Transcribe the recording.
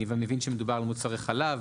אני מבין שמדובר על מוצרי חלב,